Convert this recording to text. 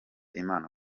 imana